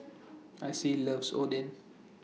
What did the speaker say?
Acie loves Oden